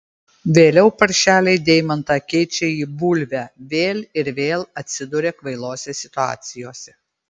vėliau paršeliai deimantą keičia į bulvę vėl ir vėl atsiduria kvailose situacijose